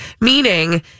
Meaning